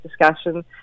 discussion